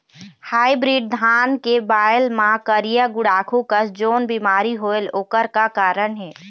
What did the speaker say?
Hybrid धान के बायेल मां करिया गुड़ाखू कस जोन बीमारी होएल ओकर का कारण हे?